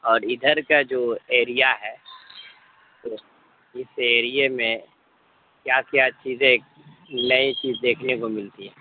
اور ادھر کا جو ایریا ہے تو اس ایریے میں کیا کیا چیزیں نئی چیز دیکھنے کو ملتی ہے